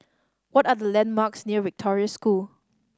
what are the landmarks near Victoria School